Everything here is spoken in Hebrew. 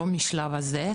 לא מהשלב הזה.